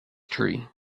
tree